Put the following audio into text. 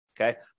Okay